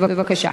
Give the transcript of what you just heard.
בבקשה.